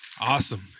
Awesome